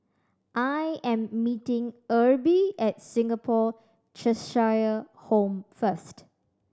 I am meeting Erby at Singapore Cheshire Home first